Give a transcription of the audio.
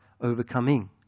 overcoming